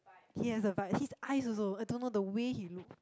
he has the vibes his eyes also I don't know the way he look